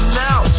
now